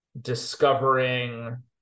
discovering